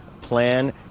plan